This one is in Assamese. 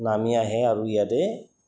নামি আহে আৰু ইয়াতে